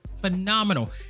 phenomenal